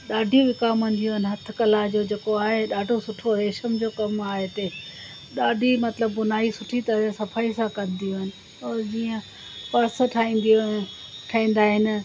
ॾाढे विकामंदियूं आहिनि हथु कला जेको आहे ॾाढो सुठो रेशम जो कमु आहे हिते ॾाढी मतिलबु भुनाई सुठी तरह सफ़ाई सां कंदियूं आहिनि ऐं जीअं पर्स ठाहींदियूं आहिनि ठाहींदा आहिनि